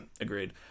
agreed